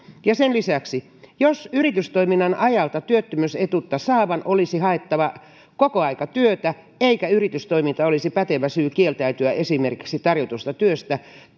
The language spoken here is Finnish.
sen lisäksi yritystoiminnan ajalta työttömyysetuutta saavan olisi haettava kokoaikatyötä eikä yritystoiminta olisi pätevä syy kieltäytyä esimerkiksi tarjotusta työstä